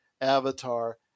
Avatar